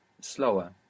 Slower